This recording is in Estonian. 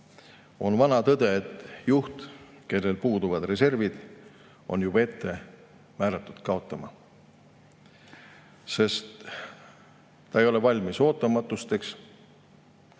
On vana tõde, et juht, kellel puuduvad reservid, on juba ette määratud kaotama, sest ta ei ole valmis ootamatusteks